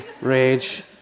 rage